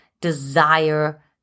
desire